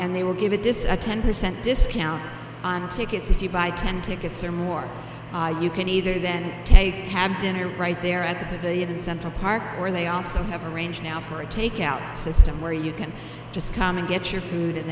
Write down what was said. and they will give a dissident or cent discount on tickets if you buy ten tickets or more you can either then take have dinner right there at the pavilion in central park or they also have arranged now for a take out system where you can just come and get your food and